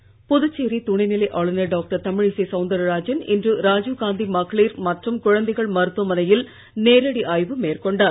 தமிழிசை புதுச்சேரிதுணைநிலைஆளுநர்டாக்டர்தமிழிசைசௌந்தரராஜன் இன்றுராஜீவ்காந்திமகளிர்மற்றும்குழந்தைகள்மருத்துவமனையில்நேரடி ஆய்வுமேற்கொண்டார்